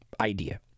idea